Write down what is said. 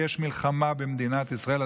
ויש מלחמה במדינת ישראל,